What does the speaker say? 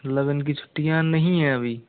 लग्न कि छुट्टीयाँ नहीं है अभी